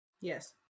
Yes